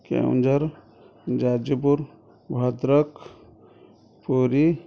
Keonjhar Jajpur Bhadrak Puri